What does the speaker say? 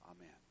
Amen